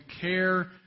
care